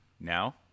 Now